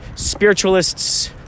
Spiritualists